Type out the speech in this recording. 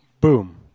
Boom